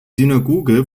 synagoge